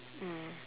mm